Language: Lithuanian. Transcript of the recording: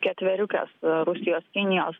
ketveriukės rusijos kinijos